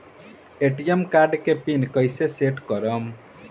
ATM card के PIN कैसे set करम?